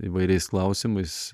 įvairiais klausimais